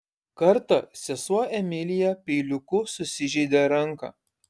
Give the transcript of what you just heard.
kartą sesuo emilija peiliuku susižeidė ranką